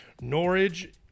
Norwich